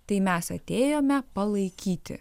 tai mes atėjome palaikyti